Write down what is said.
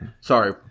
sorry